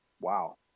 Wow